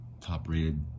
top-rated